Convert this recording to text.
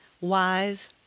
wise